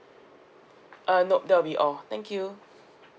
uh nop that will be all thank you